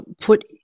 put